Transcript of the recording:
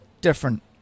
different